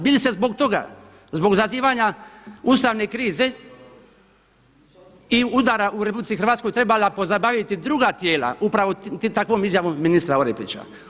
Bili se zbog toga, zbog zazivanja ustavne krize i udara u RH trebala pozabaviti druga tijela upravo takvom izjavom ministra Orepića.